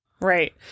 Right